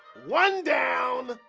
one down.